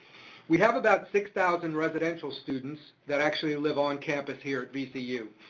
we have about six thousand residential students that actually live on campus here at vcu.